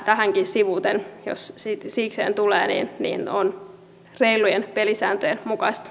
tähänkin sivuten jos sikseen tulee on reilujen pelisääntöjen mukaista